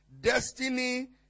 Destiny